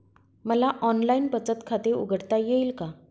मला ऑनलाइन बचत खाते उघडता येईल का?